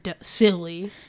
silly